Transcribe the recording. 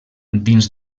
dins